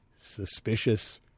suspicious